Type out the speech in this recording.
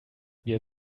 wir